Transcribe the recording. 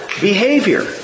behavior